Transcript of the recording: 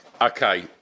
Okay